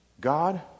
God